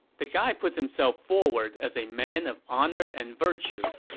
the guy puts himself forward as a man of honor and virtue,